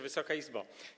Wysoka Izbo!